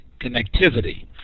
connectivity